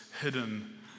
hidden